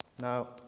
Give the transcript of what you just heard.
Now